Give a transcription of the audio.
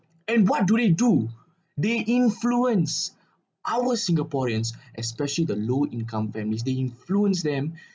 and what do they do they influence our singaporeans especially the low income families they influence them